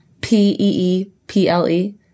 P-E-E-P-L-E